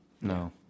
No